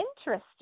interesting